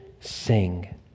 sing